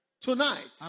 Tonight